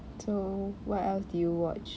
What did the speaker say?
so what else did you watch